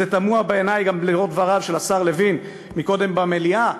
זה תמוה בעיני גם לאור דבריו של השר לוין קודם במליאה,